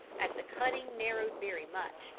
as the cutting narrowed very much,